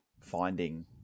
finding